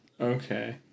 Okay